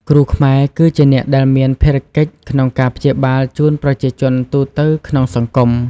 គ្រូខ្មែរគឺជាអ្នកដែលមានភារកិច្ចក្នុងការព្យាបាលជូនប្រជាជនទូទៅក្នុងសង្គម។